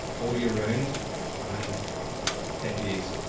all year round and ten days.